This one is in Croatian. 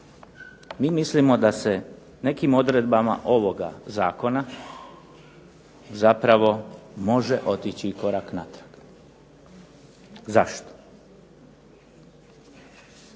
mi mislimo da se nekim odredbama ovoga Zakona zapravo može otići korak natrag. Zašto?